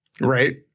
Right